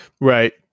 right